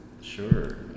Sure